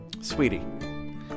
Sweetie